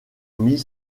mit